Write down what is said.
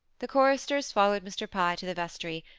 the choristers followed mr. pye to the vestry,